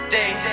day